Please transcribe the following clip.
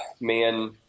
man